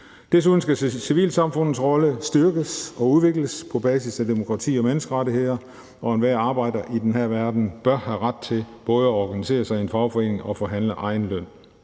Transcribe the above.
Desuden skal civilsamfundets rolle styrkes og udvikles på basis af demokrati og menneskerettigheder, og enhver arbejder i den her verden bør have ret til både at organisere sig i en fagforening og forhandle egen løn.